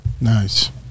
Nice